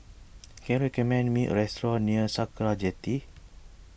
can you recommend me a restaurant near Sakra Jetty